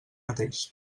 mateix